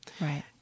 Right